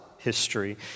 history